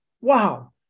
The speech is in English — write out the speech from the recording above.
Wow